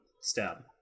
stab